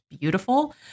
beautiful